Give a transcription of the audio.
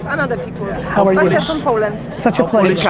another people. how are you? russia, from poland. such a pleasure.